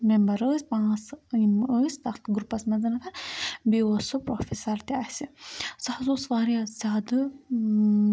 member ٲسۍ پانٛژھ یِم ٲسۍ تَتھ گرُپَس منٛز بیٚیہِ اوس سُہ پروفیسَر تہِ اَسہِ سُہ حظ اوس واریاہ زیادٕ